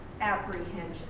apprehension